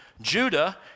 Judah